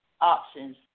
options